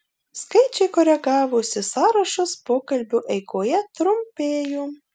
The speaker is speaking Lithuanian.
skaičiai koregavosi sąrašas pokalbio eigoje trumpėjo